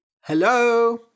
Hello